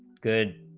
good